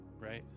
right